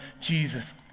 Jesus